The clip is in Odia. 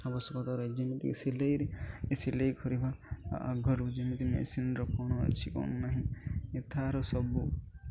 ଆବଶ୍ୟକତା ରହିଛି ଯେମିତିକି ସିଲେଇ ସିଲେଇ କରିବାର ଆଗରୁ ଯେମିତି ମେସିନ୍ର କ'ଣ ଅଛି କ'ଣ ନାହିଁ ଏତା'ହାର ସବୁ